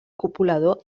copulador